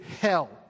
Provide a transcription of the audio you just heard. hell